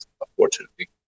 unfortunately